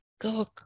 Go